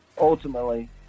ultimately